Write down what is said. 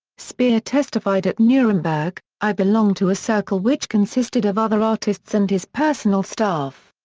speer testified at nuremberg, i belonged to a circle which consisted of other artists and his personal staff.